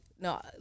no